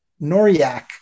Noriak